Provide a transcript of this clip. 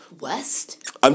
West